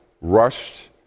rushed